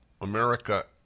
America